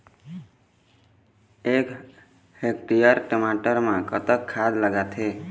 एक हेक्टेयर टमाटर म कतक खाद लागथे?